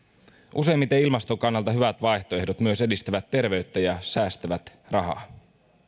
useimmiten ilmaston kannalta hyvät vaihtoehdot myös edistävät terveyttä ja säästävät rahaa